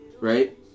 right